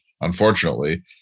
Unfortunately